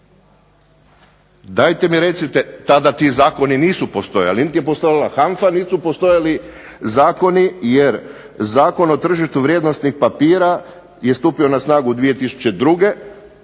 dajte mi recite tada ti zakoni nisu postojali, niti je postojala HANFA niti su postojali zakoni jer Zakon o tržištu vrijednosnih papira je stupio na snagu 2002.